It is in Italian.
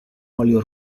olio